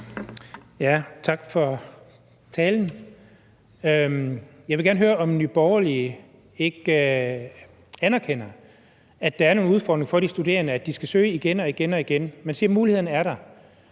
Tak for talen. Jeg vil gerne høre, om Nye Borgerlige ikke anerkender, at der er nogle udfordringer for de studerende, at de skal søge igen og igen. Man siger, at mulighederne er der,